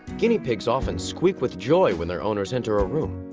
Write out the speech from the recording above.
guinea pigs often squeak with joy when their owners enter a room.